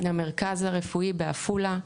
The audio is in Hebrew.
למרכז הרפואי בעפולה,